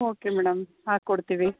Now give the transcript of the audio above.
okay madam ಹಾಕ್ಕೊಡ್ತೀವಿ